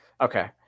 okay